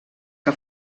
que